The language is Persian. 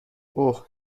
اوه